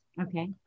Okay